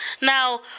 Now